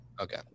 Okay